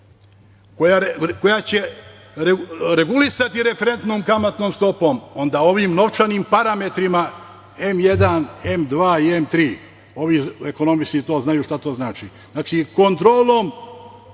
koja će regulisati referentnom kamatnom stopom, onda ovim novčanim parametrima M1, M2 i M3, ekonomisti znaju šta to znači. Znači, kontrolom